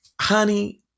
Honey